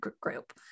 group